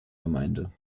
gemeinde